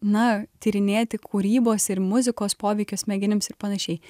na tyrinėti kūrybos ir muzikos poveikio smegenims ir panašiai